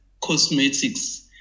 cosmetics